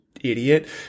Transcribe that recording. idiot